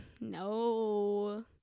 No